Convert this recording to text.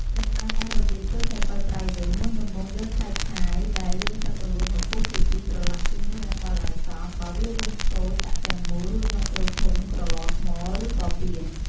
ចំណែកឯរបៀបធ្វើឆៃប៉ូវប្រៃវិញ មុនដំបូងយកឆៃថាវដែលលាងទឹករួចមកពុះជាពីរប្រឡាក់ជាមួយអំបិលឱ្យសព្វ បើវារាងតូចដាក់ទាំងមូលរួចញាត់ចូលធុង ក្រឡថ្ម ឬក៏ពាង។